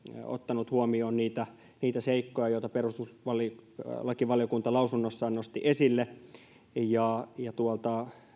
ottanut huomioon niitä niitä seikkoja joita perustuslakivaliokunta lausunnossaan nosti esille tuolta